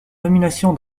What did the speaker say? nomination